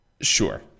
Sure